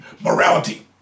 morality